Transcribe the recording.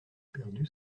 perdu